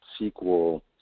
SQL